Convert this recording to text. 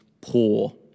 poor